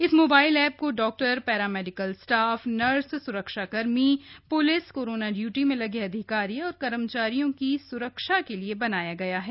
इस mobile app को doctor paramedical staff nurse सुरक्षाकर्मी पुलिस कोरोना इयूटी में लगे अधिकारियों और कर्मचारियों की सुरक्षा के लिए बनाया गया है